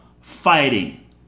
fighting